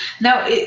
now